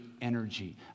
energy